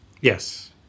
Yes